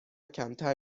کمتر